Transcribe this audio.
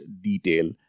detail